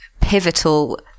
pivotal